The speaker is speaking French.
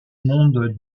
monde